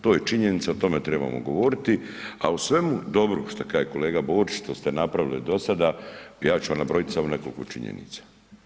To je činjenica, o tome trebamo govoriti, a o svemu dobrome šta kaže kolega Borić što ste napravili do sada ja ću vam nabrojit samo nekoliko činjenica.